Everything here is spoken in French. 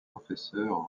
professeur